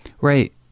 Right